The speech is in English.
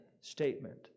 statement